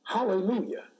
Hallelujah